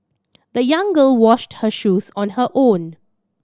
the young girl washed her shoes on her own